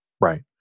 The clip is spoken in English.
Right